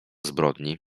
zbrodni